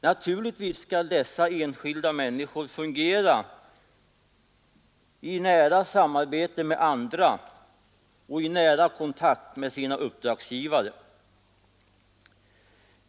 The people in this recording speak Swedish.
Naturligtvis skall dessa enskilda människor fungera i samarbete med andra och i nära kontakt med sina uppdragsgivare.